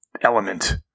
element